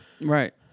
Right